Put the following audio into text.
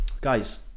Guys